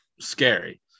scary